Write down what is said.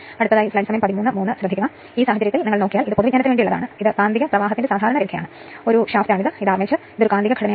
അതിനാൽ വൈദ്യുതധാരയുടെ ഈ മൂല്യം അളക്കാൻ പരീക്ഷണശാലയിൽ ആ അമീറ്റർ ഉണ്ടായിരിക്കില്ല